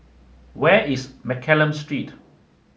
where is Mccallum Street